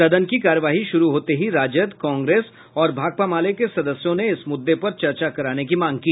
सदन की कार्यवाही शुरू होते ही राजद कांग्रेस और भाकपा माले के सदस्यों ने इस मुददे पर चर्चा कराने की मांग की